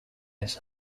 was